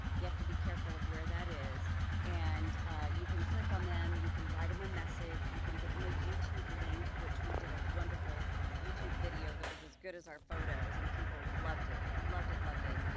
you have to be careful of where that is and you can click on them. you can write them a message you can give them a youtube link which we did a wonderful youtube video that was as good as our photos and people loved it loved it loved it.